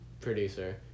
producer